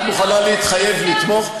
את מוכנה להתחייב לתמוך?